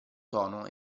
tono